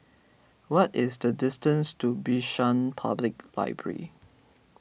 what is the distance to Bishan Public Library